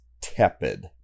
tepid